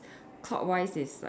clockwise is like